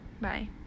Bye